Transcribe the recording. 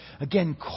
Again